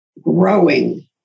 growing